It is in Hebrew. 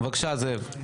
בבקשה, זאב.